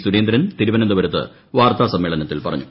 സുരേന്ദ്രൻ തിരുവനന്തപുരത്ത് വാർത്താ സമ്മേളനത്തിൽ പറഞ്ഞു